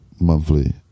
monthly